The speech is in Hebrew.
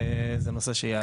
זה נושא שיעלה.